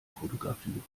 fotografieren